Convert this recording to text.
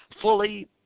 fully